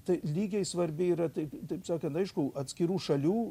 tai lygiai svarbi yra taip taip sakant aišku atskirų šalių